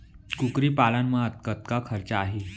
कुकरी पालन म कतका खरचा आही?